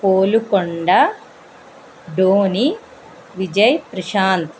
Polukonda Dhoni Vijay Prashanth